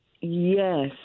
Yes